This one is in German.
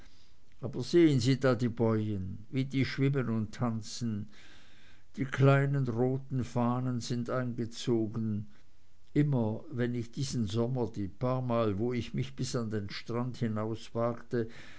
aber sehen sie da die bojen wie die schwimmen und tanzen die kleinen roten fahnen sind eingezogen immer wenn ich diesen sommer die paar mal wo ich mich bis an den strand